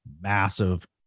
massive